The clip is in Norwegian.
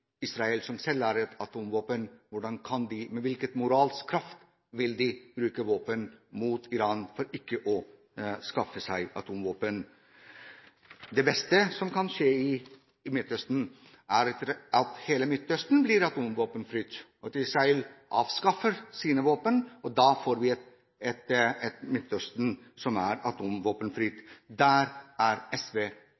Israel, som selv har atomvåpen: Med hvilken moralsk kraft vil de bruke våpen mot Iran for at de ikke skal skaffe seg atomvåpen? Det beste som kan skje i Midtøsten, er at hele Midtøsten blir atomvåpenfritt, og at Israel avskaffer sine våpen. Da får vi et Midtøsten som er atomvåpenfritt. Der er